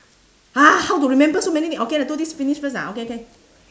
!huh! how to remember so many okay lah do this finish first ah okay can